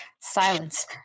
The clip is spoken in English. Silence